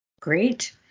Great